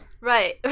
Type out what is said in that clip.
Right